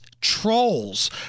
trolls